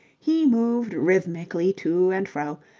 he moved rhythmically to and fro,